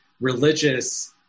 religious